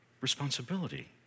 responsibility